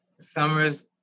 summer's